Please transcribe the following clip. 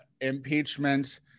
impeachment